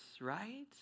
right